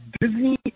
Disney